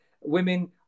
women